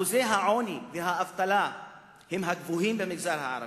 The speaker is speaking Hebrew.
שיעורי העוני והאבטלה גבוהים במגזר הערבי.